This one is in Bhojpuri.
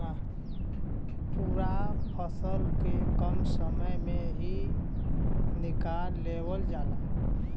पूरा फसल के कम समय में ही निकाल लेवल जाला